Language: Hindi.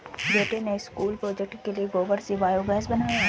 बेटे ने स्कूल प्रोजेक्ट के लिए गोबर से बायोगैस बनाया है